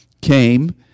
came